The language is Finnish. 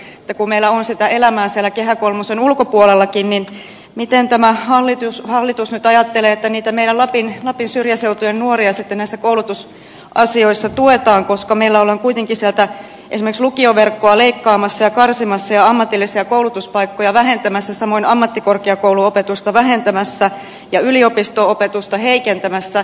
kun meillä on sitä elämää siellä kehä kolmosen ulkopuolellakin niin miten tämä hallitus nyt ajattelee että niitä meidän lapin syrjäseutujen nuoria sitten näissä koulutusasioissa tuetaan koska meillä ollaan kuitenkin sieltä esimerkiksi lukioverkkoa leikkaamassa ja karsimassa ja ammatillisia koulutuspaikkoja vähentämässä samoin ammattikorkeakouluopetusta vähentämässä ja yliopisto opetusta heikentämässä